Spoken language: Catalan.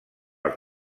els